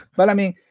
but i mean,